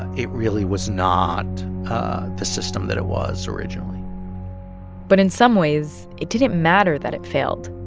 it really was not the system that it was originally but in some ways, it didn't matter that it failed.